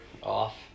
off